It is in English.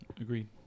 Agreed